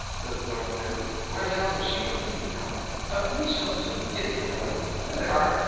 said north wind, where cows and sheep are feeding now but we shall soon get to them. there they are.